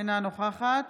אינה נוכחת